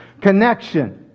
connection